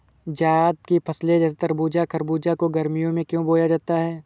जायद की फसले जैसे तरबूज़ खरबूज को गर्मियों में क्यो बोया जाता है?